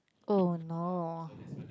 oh no